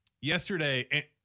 yesterday